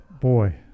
boy